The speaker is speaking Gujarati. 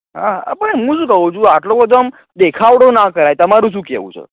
હા હા પણ હું શું કહું છું આટલો બધો આમ દેખાડો ના કરાય તમારું શું કહેવું છે